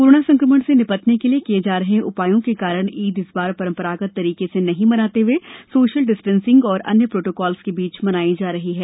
corona संक्रमण से निपटने के लिए किए जा रहे उपायों के कारण ईद इस बार परंपरागत तरीके से नहीं मनाते हए सोशल डिस्टेंसिंग और अन्य प्रोटोकॉल के बीच मनायी जा रही है